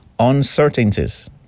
uncertainties